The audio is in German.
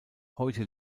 heute